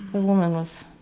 the woman was.